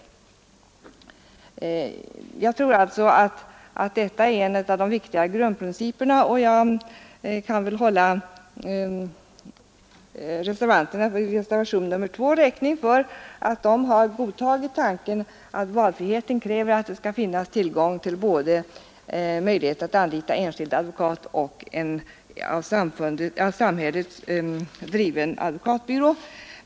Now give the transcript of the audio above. Jag tror att detta är en viktig grundprincip. De reservanter som står för reservationen 2 har också godtagit tanken att valfriheten kräver att det skall finnas möjlighet att anlita både enskild advokat och en av samhället driven advokatbyrå.